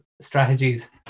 strategies